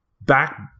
Back